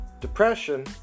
depression